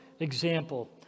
Example